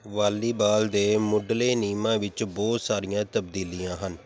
volleyball ਦੇ ਮੁੱਢਲੇ ਨਿਯਮਾਂ ਵਿੱਚ ਬਹੁਤ ਸਾਰੀਆਂ ਤਬਦੀਲੀਆਂ ਹਨ